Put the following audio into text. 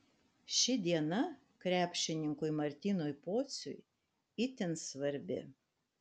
ši diena krepšininkui martynui pociui itin svarbi